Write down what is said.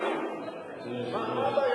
בוא ותגיד לנו.